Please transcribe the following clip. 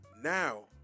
now